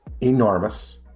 enormous